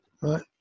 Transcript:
right